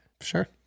Sure